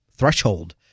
threshold